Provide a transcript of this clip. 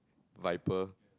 viper